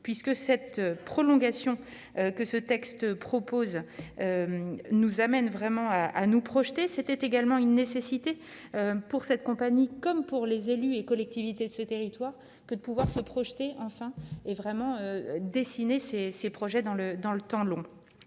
puisque cette prolongation que ce texte propose nous amène vraiment à à nous projeter s'était également une nécessité pour cette compagnie, comme pour les élus et collectivités de ce territoire que de pouvoir se projeter enfin et vraiment dessiner ses ses projets dans le dans le